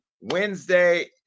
Wednesday